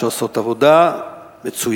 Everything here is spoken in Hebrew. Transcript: שעושות עבודה מצוינת,